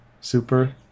Super